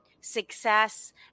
success